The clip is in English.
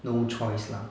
no choice lah